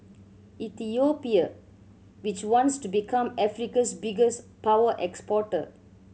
Ethiopia which wants to become Africa's biggest power exporter